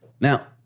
Now